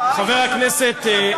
גולדה אחרי יום כיפור, חבר הכנסת ילין,